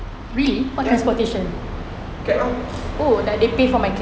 ya cab ah